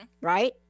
Right